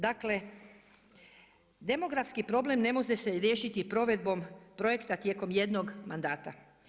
Dakle, demografski problem ne može se riješiti provedbom projekta tijekom jednog mandata.